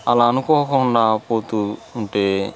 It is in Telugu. అలా అనుకోకుండా పోతు ఉంటే